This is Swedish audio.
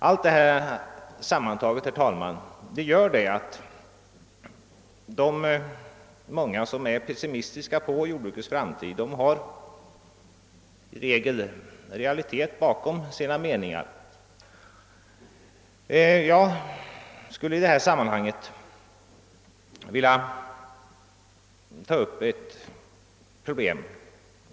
Allt detta tillsammans betyder att de många som är pessimistiska beträffande jordbrukets framtid i regel har grund för sin uppfattning. Jag skulle i detta sammanhang vilja ta upp en sak.